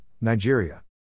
Nigeria